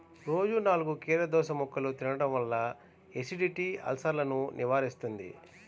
రోజూ నాలుగు కీరదోసముక్కలు తినడం వల్ల ఎసిడిటీ, అల్సర్సను నివారిస్తుంది